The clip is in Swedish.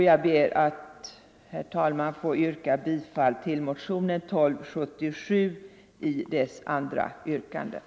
Jag ber, herr talman, att få yrka bifall till den andra hemställan i motionen 1277.